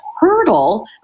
hurdle